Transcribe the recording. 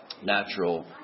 natural